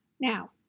Now